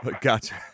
Gotcha